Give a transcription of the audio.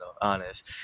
honest